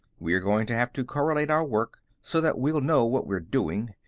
we're going to have to correlate our work so that we'll know what we're doing.